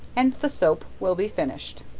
and the soap will be finished.